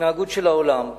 ההתנהגות של העולם.